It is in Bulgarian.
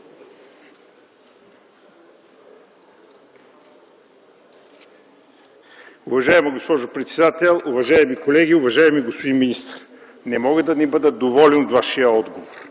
Уважаема госпожо председател, уважаеми колеги, уважаеми господин министър! Не мога да не бъда доволен от Вашия отговор.